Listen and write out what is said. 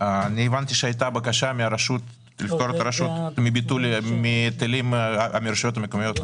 הבנתי שהייתה בקשה לפטור את הרשות מהיטלים של הרשויות המקומיות.